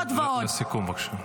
לסיכום, בבקשה.